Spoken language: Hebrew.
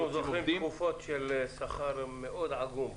זוכרים תקופות של שכר מאוד עגום בתעשייה.